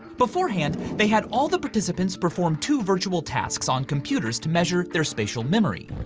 beforehand, they had all the participants perform two virtual tasks on computers to measure their spatial memory.